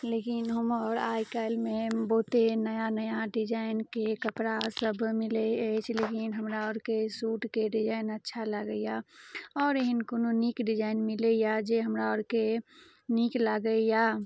लेकिन हमर आइ काइल्हमे बहुते नया नया डिजाइनके कपड़ा सब मिलै अइछ लेकिन हमरा अरके सूटके डिजाइन अच्छा लागैए और एहन कोनो नीक डिजाइन मिलैए जे हमरा अरके नीक लागैए